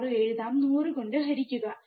6 എഴുതാം 100 കൊണ്ട് ഹരിക്കുക